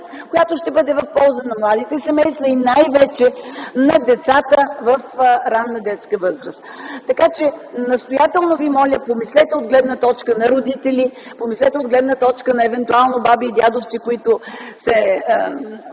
която да бъде в полза на младите семейства и най-вече на децата в ранна детска възраст. Настоятелно Ви моля: помислете от гледна точка на родители, от гледна точка на евентуални баби и дядовци, които